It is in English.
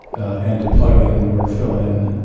and to plug in, or to fill in,